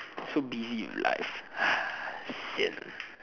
so busy with life sian